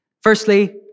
Firstly